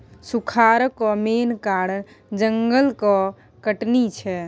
सुखारक मेन कारण जंगलक कटनी छै